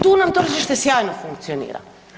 Tu nam tržište sjajno funkcionira.